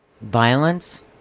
Violence